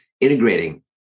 integrating